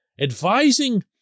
advising